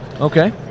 Okay